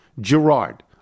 Gerard